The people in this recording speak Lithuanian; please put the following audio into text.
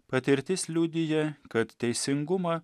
patirtis liudija kad teisingumą